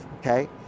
okay